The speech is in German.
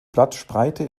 blattspreite